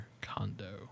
Condo